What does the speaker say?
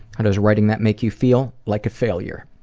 how does writing that make you feel? like a failure.